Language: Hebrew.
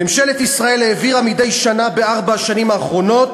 ממשלת ישראל העבירה מדי שנה בארבע השנים האחרונות